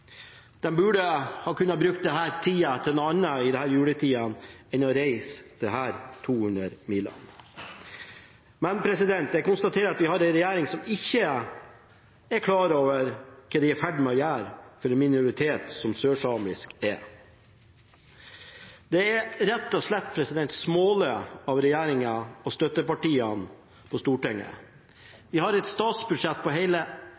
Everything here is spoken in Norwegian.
burde ha kunnet bruke tida til noe annet i disse juletider enn å reise disse 200 milene. Men jeg konstaterer at vi har en regjering som ikke er klar over hva de er i ferd med å gjøre overfor en minoritet, som sørsamisk representerer. Det er rett og slett smålig av regjeringen og støttepartiene på Stortinget. Vi har et statsbudsjett på